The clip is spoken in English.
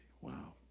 Wow